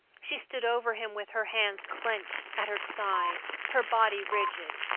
she stood over him with her hands clenched at her side, her body rigid.